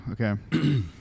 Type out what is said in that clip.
okay